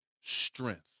strength